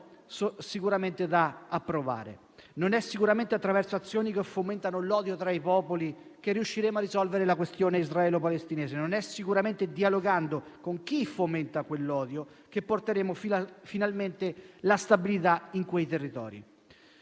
sicuramente da approvare. Non è sicuramente attraverso azioni che fomentano l'odio tra i popoli che riusciremo a risolvere la questione israelo-palestinese. Non è sicuramente dialogando con chi fomenta quell'odio che porteremo finalmente la stabilità in quei territori.